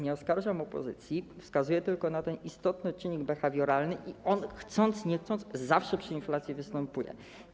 Nie oskarżam opozycji, wskazuję tylko na ten istotny czynnik behawioralny i on, chcąc nie chcąc, zawsze przy inflacji występuje.